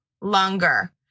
longer